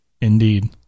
Indeed